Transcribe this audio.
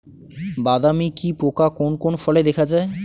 বাদামি কি পোকা কোন কোন ফলে দেখা যায়?